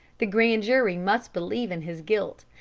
the grand jury must believe in his guilt.